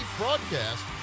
broadcast